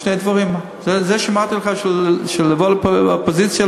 שני דברים: זה שאמרתי לך שלעבור לאופוזיציה,